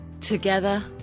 Together